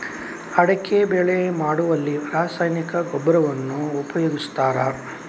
ಅಡಿಕೆ ಬೆಳೆ ಮಾಡುವಲ್ಲಿ ರಾಸಾಯನಿಕ ಗೊಬ್ಬರವನ್ನು ಉಪಯೋಗಿಸ್ತಾರ?